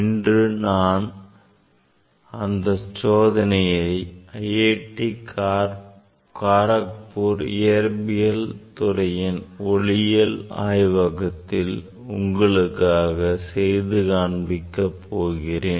இன்று நான் அந்த சோதனையை உங்களுக்கு IIT Kharagpur இயற்பியல் துறையின் ஒளியியல் ஆய்வகத்தில் உங்களுக்கு செய்து காண்பிக்க போகிறேன்